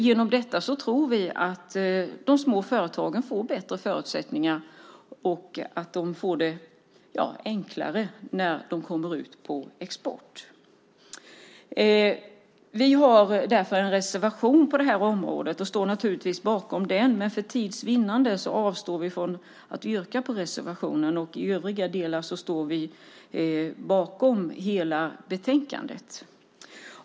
Genom detta tror vi att de små företagen får bättre förutsättningar och att de får det enklare när de kommer ut på exportmarknaden. Vi har därför en reservation på området. Vi står naturligtvis bakom den, men för tids vinnande avstår vi från att yrka bifall till reservationen. I övriga delar står vi bakom hela betänkandet.